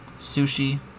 sushi